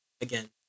again